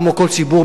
כמו כל ציבור,